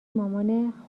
مامان